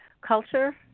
culture